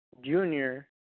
junior